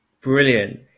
Brilliant